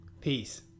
Peace